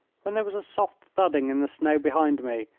when there was a soft thudding in the snow behind me,